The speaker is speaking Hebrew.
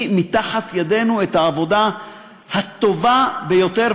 מתחת ידינו את העבודה הטובה ביותר,